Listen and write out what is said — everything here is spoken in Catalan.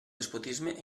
despotisme